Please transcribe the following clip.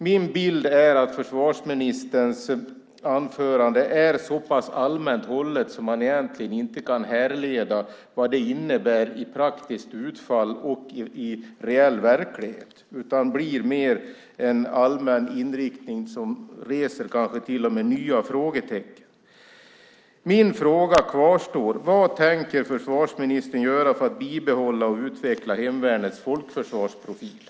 Min bild är att försvarsministerns svar är så pass allmänt hållet att man egentligen inte kan säga vad det innebär i praktiskt utfall och i reell verklighet. I stället handlar det mer om en allmän inriktning som kanske till och med reser nya frågor. Min fråga kvarstår: Vad tänker försvarsministern göra för att bibehålla och utveckla hemvärnets folkförsvarsprofil?